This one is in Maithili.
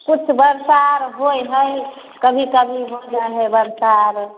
कुछ बरसा आर होइ हय कभी कभी हो जाइ हय बरसा आर